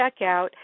checkout